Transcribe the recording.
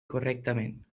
correctament